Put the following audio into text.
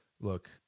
look